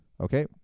okay